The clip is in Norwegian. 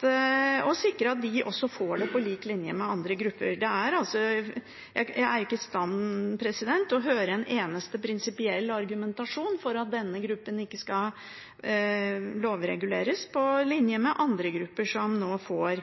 de også får det på lik linje med andre grupper. Jeg er ikke i stand til å høre et eneste prinsipielt argument for at det ikke skal lovreguleres for denne gruppen, på linje med andre grupper som nå får